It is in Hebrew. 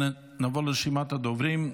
נעבור לרשימת הדוברים: